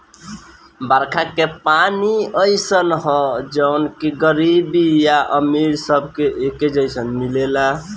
बरखा के पानी अइसन ह जवन की गरीब आ अमीर सबके एके जईसन मिलेला